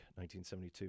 1972